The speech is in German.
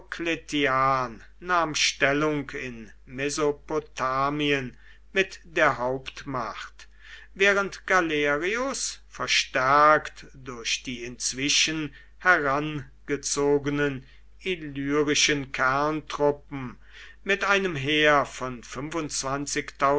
nahm stellung in mesopotamien mit der hauptmacht während galerius verstärkt durch die inzwischen herangezogenen illyrischen kerntruppen mit einem heer von